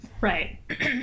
Right